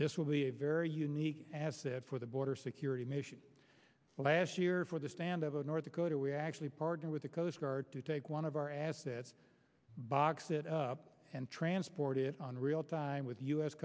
this will be a very unique as for the border security mission last year for the stand of north dakota we actually partner with the coast guard to take one of our assets box it up and transport it on real time with u